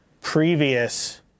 previous